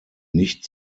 nicht